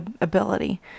ability